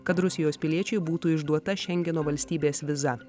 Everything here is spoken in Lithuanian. kad rusijos piliečiui būtų išduota šengeno valstybės viza